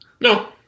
No